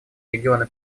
регионы